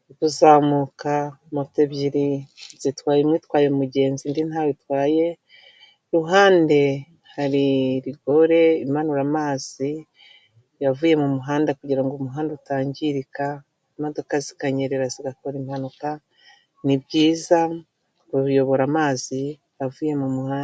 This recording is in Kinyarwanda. hari kuzamuka moto ebyiri zitwaye imwe itwaye umugenzi indi ntawe itwaye, ku ruhande hari rigore imanura amazi avuye mu muhanda kugirango umuhanda utangirika imodoka zikanyerera zigakora impanuka ni byiza uyobora amazi avuye mu muhanda.